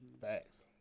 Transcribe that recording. Facts